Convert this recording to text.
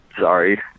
sorry